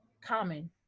common